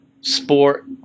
sport